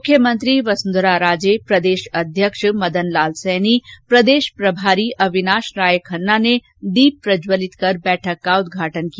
मुख्यमंत्री वसुंधरा राजे प्रदेश अध्यक्ष मदन लाल सैनी प्रदेश प्रभारी अविनाश राय खन्ना ने दीप प्रज्जवलित कर बैठक का उदघाटन किया